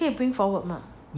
可以 bring forward mah